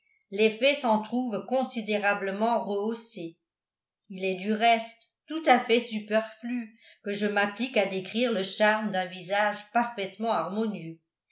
réguliers l'effet s'en trouve considérablement rehaussé il est du reste tout à fait superflu que je m'applique à décrire le charme d'un visage parfaitement harmonieux